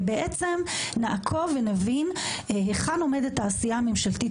ונעקוב ונבין היכן עומדת העשייה הממשלתית